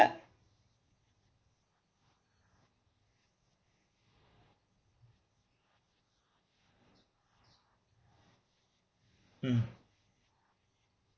mm